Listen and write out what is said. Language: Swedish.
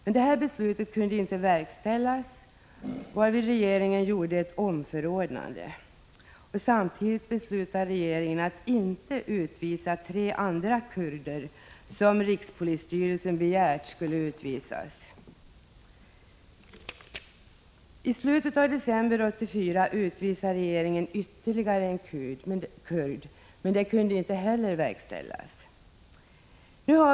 Men detta beslut kunde inte verkställas, varvid regeringen gjorde ett omförordnande. Samtidigt beslöt regeringen att inte utvisa tre andra kurder, som rikspolisstyrelsen begärt skulle utvisas. I slutet av december 1984 utvisade regeringen ytterligare en kurd, men inte heller detta beslut kunde verkställas.